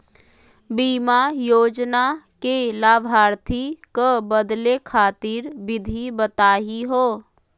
बीमा योजना के लाभार्थी क बदले खातिर विधि बताही हो?